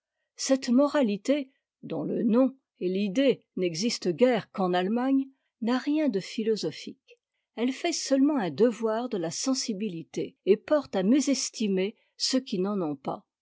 cette moralité dont le nom et l'idée n'existent guère qu'en ahemagne n'a rien de philosophique elle fait seulement un devoir de la sensibilité et porte à mésestimer ceux qui n'en ont pas